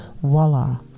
voila